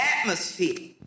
atmosphere